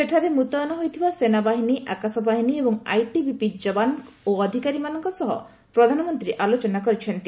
ସେଠାରେ ମୁତୟନ ହୋଇଥିବା ସେନାବାହିନୀ ଆକାଶବାହିନୀ ଏବଂ ଆଇଟିପିପି ଜବାନ ଓ ଅଧିକାରୀମାନଙ୍କ ସହ ପ୍ରଧାନମନ୍ତ୍ରୀ ଆଲୋଚନା କରିଛନ୍ତି